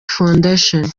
foundation